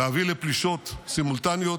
להביא לפלישות סימולטניות